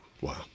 Wow